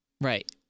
Right